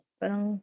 parang